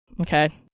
Okay